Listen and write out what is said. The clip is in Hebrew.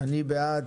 אני בעד.